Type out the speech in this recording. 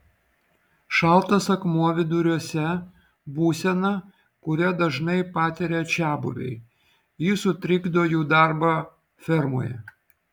šaltas akmuo viduriuose būsena kurią dažnai patiria čiabuviai ji sutrikdo jų darbą fermoje